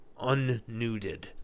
Unnuded